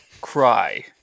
Cry